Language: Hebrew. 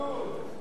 אורון לאחרי